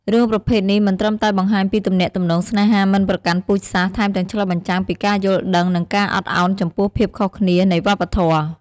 រឿងប្រភេទនេះមិនត្រឹមតែបង្ហាញពីទំនាក់ទំនងស្នេហាមិនប្រកាន់ពូជសាស្រ្ត ថែមទាំងឆ្លុះបញ្ចាំងពីការយល់ដឹង និងការអត់ឱនចំពោះភាពខុសគ្នានៃវប្បធម៌ ។